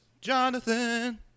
Jonathan